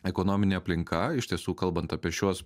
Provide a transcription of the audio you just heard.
ekonominė aplinka iš tiesų kalbant apie šiuos